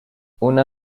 una